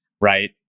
right